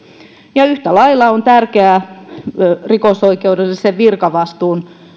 ja yhtä lailla ovat tärkeitä kysymykset rikosoikeudellisen virkavastuun